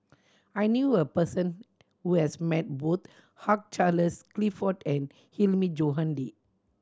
I knew a person who has met both Hug Charles Clifford and Hilmi Johandi